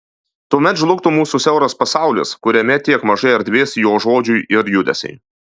tuomet žlugtų mūsų siauras pasaulis kuriame tiek mažai erdvės jo žodžiui ir judesiui